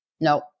No